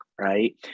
right